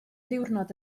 ddiwrnod